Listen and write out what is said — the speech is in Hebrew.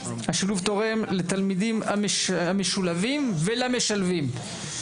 השילוב תורם לתלמידים המשולבים ולמשלבים.